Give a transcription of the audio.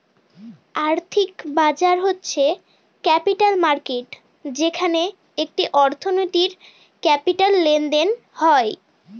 আর্থিক বাজার হচ্ছে ক্যাপিটাল মার্কেট যেখানে একটি অর্থনীতির ক্যাপিটাল লেনদেন হয়